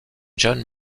john